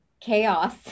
Chaos